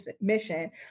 mission